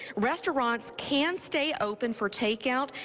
restaurants can stay open for take out.